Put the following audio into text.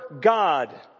God